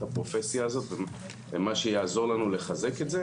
הפרופסיה הזאת ומה שיעזור לנו לחזק את זה.